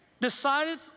decided